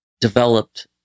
developed